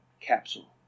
capsule